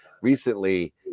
Recently